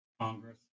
Congress